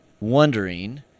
wondering